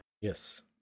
Yes